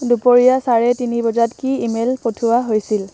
দুপৰীয়া চাৰে তিনি বজাত কি ইমেইল পঠিওৱা হৈছিল